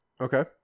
Okay